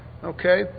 Okay